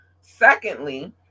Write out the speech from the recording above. Secondly